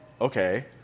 Okay